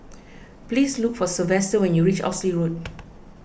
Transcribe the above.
please look for Sylvester when you reach Oxley Road